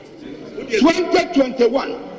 2021